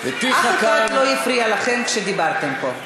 אף אחד לא הפריע לכן כשדיברתן פה.